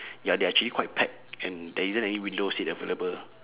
ya they are actually quite packed and there isn't any window seat available